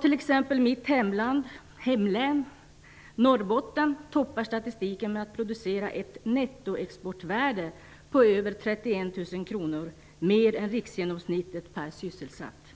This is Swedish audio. Som exempel kan nämnas att mitt hemlän Norrbotten toppar statistiken genom att, i ett för övrigt mycket manligt dominerat näringsliv, producera ett nettoexportvärde på över 31 000 kr mer än riksgenomsnittet per sysselsatt.